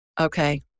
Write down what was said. Okay